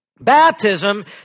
Baptism